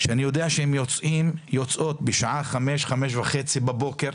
שאני יודע שהן יוצאות בשעה חמש, חמש וחצי בבוקר,